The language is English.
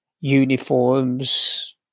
uniforms